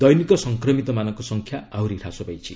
ଦୈନିକ ସଂକ୍ରମିତମାନଙ୍କ ସଂଖ୍ୟା ଆହରି ହ୍ରାସ ପାଇଛି